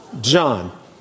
John